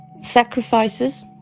sacrifices